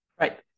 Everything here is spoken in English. Right